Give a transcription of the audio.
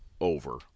over